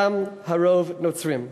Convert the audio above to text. ששם הרוב הם נוצרים.